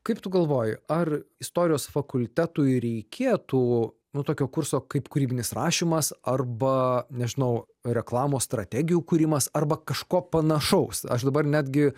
kaip tu galvoji ar istorijos fakultetui reikėtų nu tokio kurso kaip kūrybinis rašymas arba nežinau reklamos strategijų kūrimas arba kažko panašaus aš dabar netgi